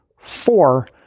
four